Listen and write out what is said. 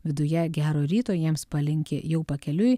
viduje gero ryto jiems palinki jau pakeliui